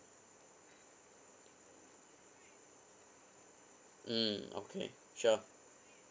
mm okay sure